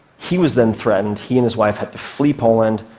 he was then threatened. he and his wife had to flee poland,